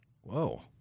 Whoa